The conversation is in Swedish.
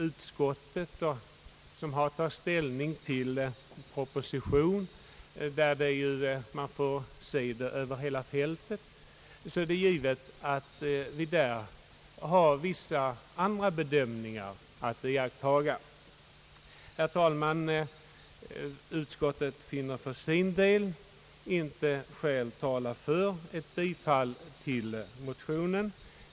Utskottet, som har att ta ställning till propositionen, vilken rör sig över hela fältet, måste givetvis till viss del göra andra bedömningar. I det här fallet finner utskottet inte skäl tala för ett bifall till motionen.